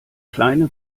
kleine